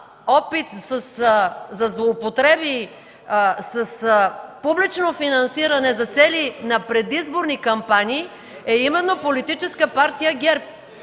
опит със злоупотреби с публично финансиране за цели на предизборни кампании, а именно Политическа партия ГЕРБ,